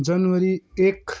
जनवरी एक